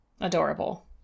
Adorable